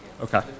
okay